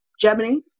Germany